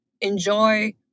enjoy